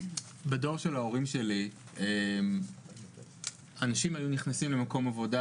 בדור של ההורים שלי אנשים היו נכנסים למקום עבודה,